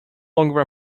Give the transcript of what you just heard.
longer